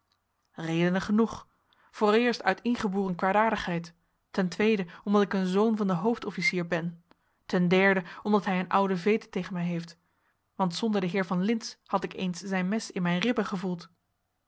redenen genoeg vooreerst uit ingeboren kwaadaardigheid ten tweede omdat ik een zoon van den hoofdofficier ben ten derde omdat hij een oude veete tegen mij heeft want zonder den heer van lintz had ik eens zijn mes in mijn ribben gevoeld